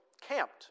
camped